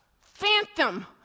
phantom